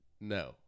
No